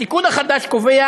התיקון החדש קובע